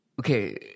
Okay